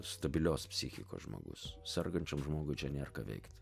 stabilios psichikos žmogus sergančiam žmogui čia nėra ką veikt